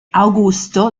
augusto